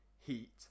Heat